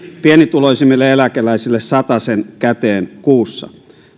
pienituloisimmille eläkeläisille satasen käteen kuussa